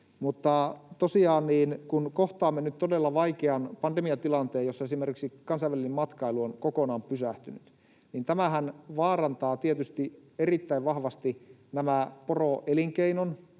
kasvua. Tosiaan, kun kohtaamme nyt todella vaikean pandemiatilanteen, jossa esimerkiksi kansainvälinen matkailu on kokonaan pysähtynyt, niin tämähän vaarantaa tietysti erittäin vahvasti tämän poroelinkeinon,